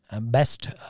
best